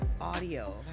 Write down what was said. audio